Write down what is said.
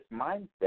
mindset